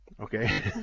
Okay